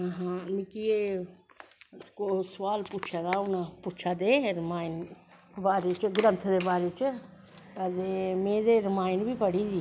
हां हा मिगी हून सोआल पुच्छा दे रामाय़ण ग्रंथ दे बारे च ते में ते रामायण बी पढ़ी दी